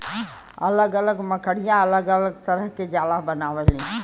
अलग अलग मकड़िया अलग अलग तरह के जाला बनावलीन